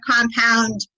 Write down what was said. compound